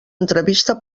entrevista